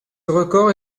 record